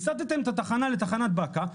הסטתם את התחנה לתחנת באקה,